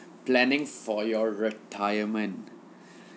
planning for your retirement